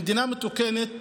במדינה מתוקנת,